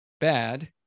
bad